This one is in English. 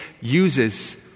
uses